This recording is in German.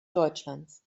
deutschlands